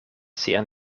sian